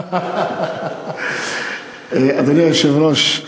אדוני היושב-ראש,